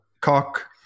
cock